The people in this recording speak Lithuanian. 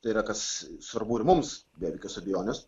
tai yra kas svarbu ir mums be jokios abejonės